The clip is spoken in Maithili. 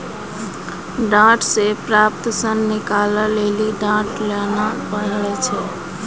डांट से प्राप्त सन निकालै लेली डांट लाना पड़ै छै